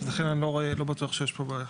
לכן אני לא בטוח שיש פה בעיה.